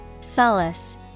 Solace